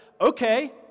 Okay